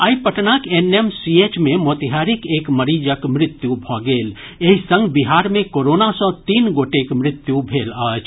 आई पटनाक एनएमसीएच मे मोतिहारीक एक मरीजक मृत्यू भऽ गेल एहि संग बिहार मे कोरोना सँ तीन गोटेक मृत्यु भेल अछि